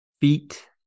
feet